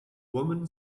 woman